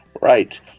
right